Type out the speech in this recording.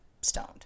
stoned